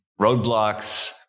roadblocks